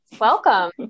Welcome